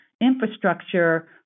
infrastructure